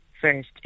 first